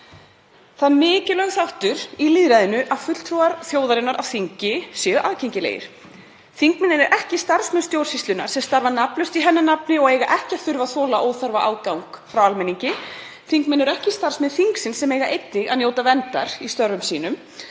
Það er mikilvægur þáttur í lýðræðinu að fulltrúar þjóðarinnar á þingi séu aðgengilegir. Þingmenn eru ekki starfsmenn stjórnsýslunnar sem starfa nafnlaust í hennar nafni og eiga ekki að þurfa að þola óþarfa ágang frá almenningi. Þingmenn eru ekki starfsmenn þingsins sem eiga einnig að njóta verndar í störfum sínum.